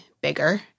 bigger